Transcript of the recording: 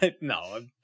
no